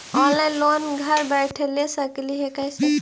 Online loan घर बैठे ले सकली हे, कैसे?